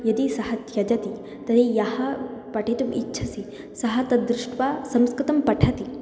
यदि सः त्यजति तर्हि यः पठितुम् इच्छति सः तद् दृष्ट्वा संस्कृतं पठति